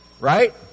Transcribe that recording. Right